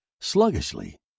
Sluggishly